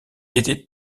était